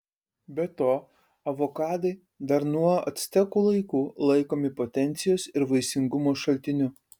be to avokadai dar nuo actekų laikų laikomi potencijos ir vaisingumo šaltiniu